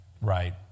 Right